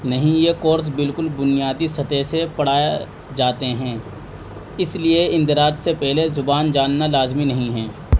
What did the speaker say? نہیں یہ کورس بالکل بنیادی سطح سے پڑھائے جاتے ہیں اس لیے اندراج سے پہلے زبان جاننا لازمی نہیں ہے